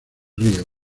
ríos